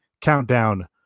countdown